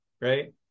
Right